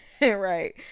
Right